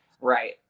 right